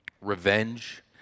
revenge